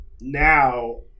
now